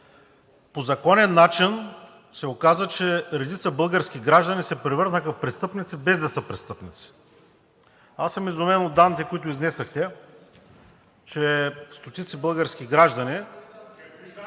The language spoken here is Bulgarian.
По законен начин се оказа, че редица български граждани се превърнаха в престъпници, без да са престъпници. Аз съм изумен от данните, които изнесохте, че стотици български граждани